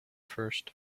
first